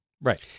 Right